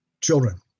children